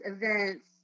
events